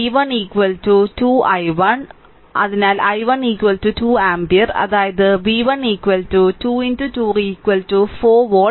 അതിനാൽ i1 2 ampere അതായത് v1 2 2 4 volt